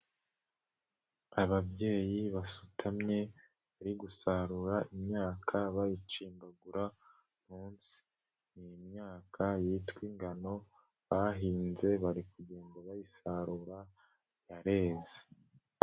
Ababyeyi basutamye bari gusarura imyaka bayicimbagura munsi. Ni imyaka yitwa ingano bahinze bari kugenda bayisarura yareze.